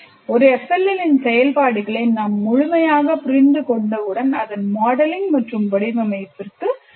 ஒரு FLL இன் செயல்பாடுகளை நான் முழுமையாக புரிந்து கொண்டவுடன் அதன் மாடலிங் மற்றும் வடிவமைப்பிற்கு செல்கிறேன்